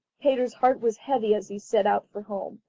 peter's heart was heavy as he set out for home.